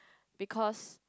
because